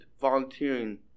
volunteering